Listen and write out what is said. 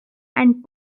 and